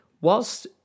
whilst